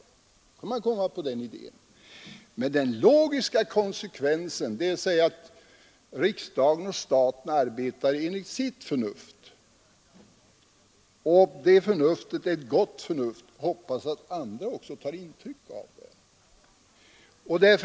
Då kan man komma på den idén. Den logiska konsekvensen är att säga att riksdagen och staten skall arbeta enligt sitt förnuft. Hoppas att andra också tar intryck av det.